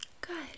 Good